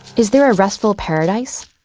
is there a restful paradise?